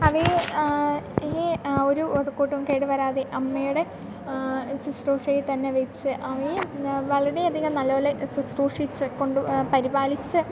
അവയെ അവയെ ഒരു ഒരുക്കൂട്ടും കേടുവരാതെ അമ്മയുടെ ശിശ്രൂഷയിൽതന്നെ വെച്ച് അവയെ വളരെയധികം നല്ലതുപോലെ ശുശ്രൂഷിച്ചുകൊണ്ട് പരിപാലിച്ച്